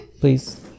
please